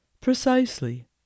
Precisely